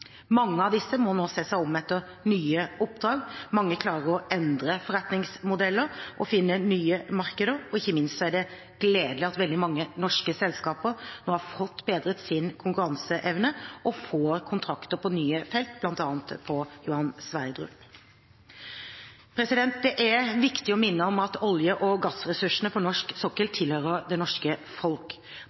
Mange av disse må nå se seg om etter nye oppdrag. Mange klarer å endre forretningsmodeller og finne nye markeder, og ikke minst er det gledelig at veldig mange norske selskaper nå har fått bedret sin konkurranseevne og får kontrakter på nye felt, bl.a. på Johan Sverdrup. Det er viktig å minne om at olje- og gassressursene på norsk sokkel tilhører det norske folk.